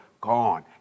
Gone